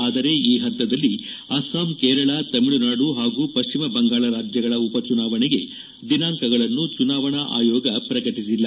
ಆದರೆ ಈ ಪಂತದಲ್ಲಿ ಅಸ್ಸಾಂ ಕೇರಳ ತಮಿಳುನಾಡು ಹಾಗೂ ಪಶ್ವಿಮ ಬಂಗಾಳ ರಾಜ್ಲಗಳ ಉಪಚುನಾವಣೆಗೆ ದಿನಾಂಕಗಳನ್ನು ಚುನಾವಣಾ ಆಯೋಗ ಪ್ರಕಟಿಸಿಲ್ಲ